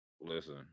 Listen